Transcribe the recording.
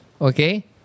Okay